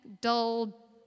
dull